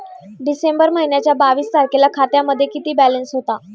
डिसेंबर महिन्याच्या बावीस तारखेला खात्यामध्ये किती बॅलन्स होता?